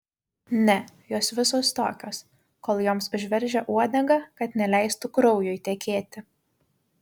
ne jos visos tokios kol joms užveržia uodegą kad neleistų kraujui tekėti